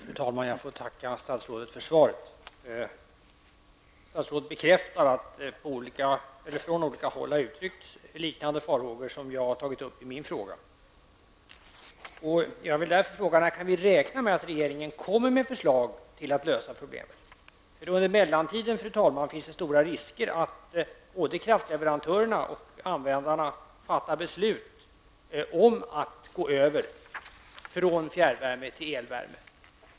Fru talman! Jag får tacka statsrådet för svaret! Statsrådet bekräftar att det från olika håll har uttryckts farhågor liknande dem som jag har tagit upp i min fråga. Jag vill därför fråga när vi kan räkna med att regeringen kommer med förslag till lösning av problemen? Under mellantiden, fru talman, finns det stora risker för att både kraftleverantörerna och användarna fattar beslut om att gå över från fjärrvärme till elvärme.